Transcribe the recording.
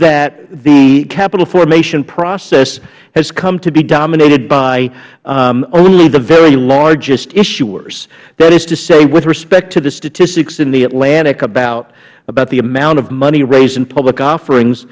that the capital formation process has come to be dominated by only the very largest issuers that is to say with respect to the statistics in the atlantic about the amount of money raised in public offerings